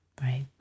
right